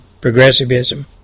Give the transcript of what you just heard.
progressivism